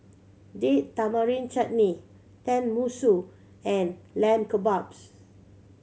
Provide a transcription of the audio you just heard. Date Tamarind Chutney Tenmusu and Lamb Kebabs